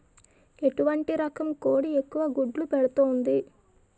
ఎటువంటి రకం కోడి ఎక్కువ గుడ్లు పెడుతోంది?